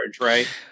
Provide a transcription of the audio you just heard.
right